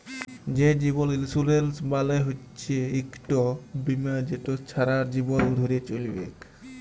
যে জীবল ইলসুরেলস মালে হচ্যে ইকট বিমা যেট ছারা জীবল ধ্যরে চ্যলবেক